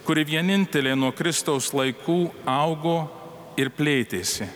kuri vienintelė nuo kristaus laikų augo ir plėtėsi